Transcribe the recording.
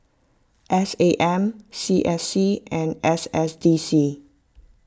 S A M C S C and S S D C